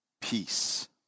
peace